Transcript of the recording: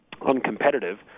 uncompetitive